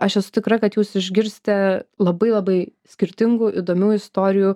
aš esu tikra kad jūs išgirsite labai labai skirtingų įdomių istorijų